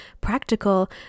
practical